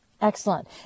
Excellent